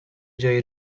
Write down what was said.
جایی